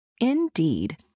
Indeed